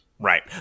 Right